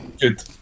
Good